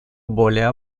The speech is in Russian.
более